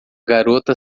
garota